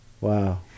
Wow